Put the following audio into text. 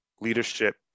leadership